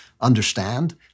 understand